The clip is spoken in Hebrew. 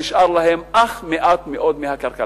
שנשאר להם אך מעט מאוד מהקרקע.